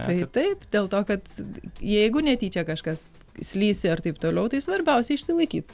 tai taip dėl to kad jeigu netyčia kažkas slysi ir taip toliau tai svarbiausia išsilaikyti